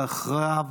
ואחריו,